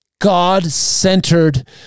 God-centered